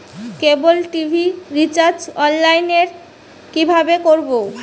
কেবল TV recharge online এ কিভাবে করব?